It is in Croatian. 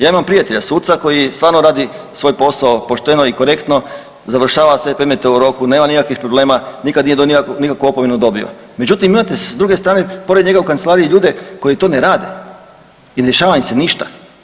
Ja imam prijatelja suca koji stvarno radi svoj posao pošteno i korektno, završava sve predmete u roku, nema nikakvih problema, nikad nije nikakvu opomenu dobio, međutim imate s druge strane pored njega u kancelariji ljude koji to ne rade i ne dešava im se ništa.